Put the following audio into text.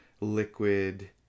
liquid